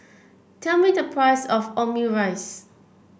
tell me the price of Omurice